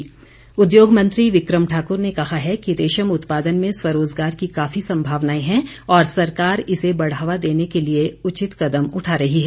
विक्रम ठाकुर उद्योग मंत्री विक्रम ठाक्र ने कहा है कि रेशम उत्पादन में स्वरोज़गार की काफी संभावनाएं हैं और सरकार इसे बढ़ावा देने के लिए उचित कदम उठा रही है